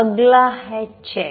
अगला है चैक